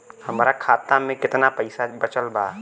हमरा खाता मे केतना पईसा बचल बा?